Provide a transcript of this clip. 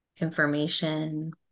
information